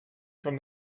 from